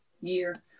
year